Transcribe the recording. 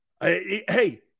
Hey